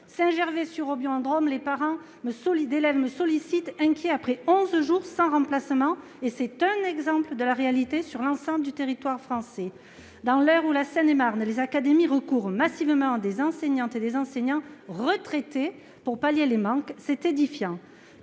Saint-Gervais-sur-Roubion, dans la Drôme, les parents d'élèves me sollicitent, inquiets, après onze jours sans remplacement. Ce n'est là qu'un exemple d'une réalité qui concerne l'ensemble du territoire français. Dans l'Eure ou la Seine-et-Marne, les académies recourent massivement à des enseignantes et des enseignants retraités pour pallier les manques. C'est édifiant